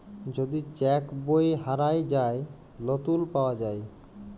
যদি চ্যাক বই হারাঁয় যায়, লতুল পাউয়া যায়